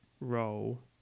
role